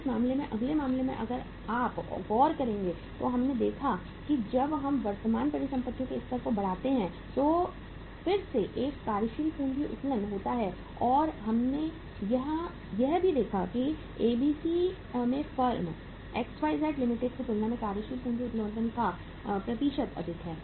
अब इस मामले में अगले मामले में अगर आप गौर करें तो हमने देखा है जब हम वर्तमान परिसंपत्तियों के स्तर को बढ़ाते हैं तो फिर से एक कार्यशील पूंजी उत्तोलन होता है और हमने यहां यह भी देखा है कि एबीसी में फर्म एक्सवाईजेड लिमिटेड की तुलना में कार्यशील पूंजी उत्तोलन का प्रतिशत अधिक है